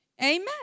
Amen